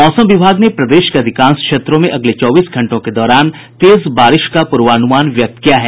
मौसम विभाग ने प्रदेश के अधिकांश क्षेत्रों में अगले चौबीस घंटों के दौरान तेज बारिश का पूर्वानुमान व्यक्त किया है